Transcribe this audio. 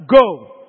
Go